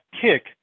kick